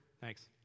Thanks